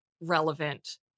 relevant